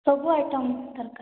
ସବୁ ଆଇଟମ ଦରକାର